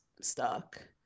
stuck